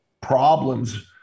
problems